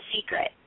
Secret